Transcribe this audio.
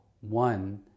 one